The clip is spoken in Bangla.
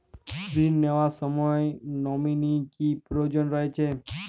ঋণ নেওয়ার সময় নমিনি কি প্রয়োজন রয়েছে?